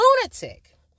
lunatic